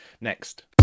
next